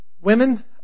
Women